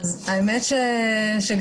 בוקר טוב.